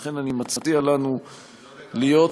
לכן אני מציע לנו היום, אילו